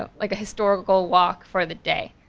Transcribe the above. ah like a historical walk for the day.